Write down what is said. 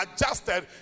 adjusted